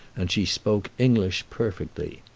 and she spoke english perfectly.